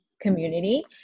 community